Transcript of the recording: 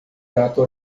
gato